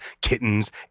kittens